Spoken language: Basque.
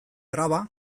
traba